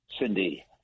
Cindy